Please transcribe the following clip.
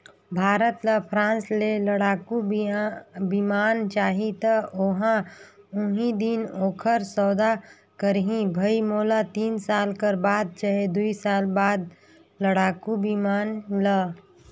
भारत ल फ्रांस ले लड़ाकु बिमान चाहीं त ओहा उहीं दिन ओखर सौदा करहीं भई मोला तीन साल कर बाद चहे दुई साल बाद लड़ाकू बिमान ल